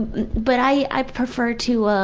but i prefer to, ah